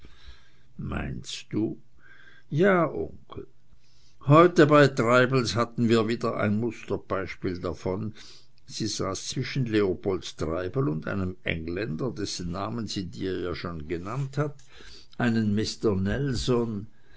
meinst du ja onkel heute bei treibels hatten wir wieder ein musterbeispiel davon sie saß zwischen leopold treibel und einem engländer dessen namen sie dir ja schon genannt hat einen mister